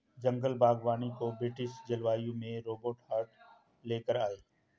जंगल बागवानी को ब्रिटिश जलवायु में रोबर्ट हार्ट ले कर आये